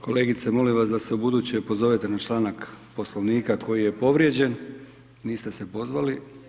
Kolegice molim vas da se ubuduće pozovete na članak Poslovnika koji je povrijeđen, niste se pozvali.